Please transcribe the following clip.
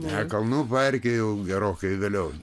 ne kalnų parke jau gerokai vėliau